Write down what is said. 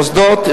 מוסדות,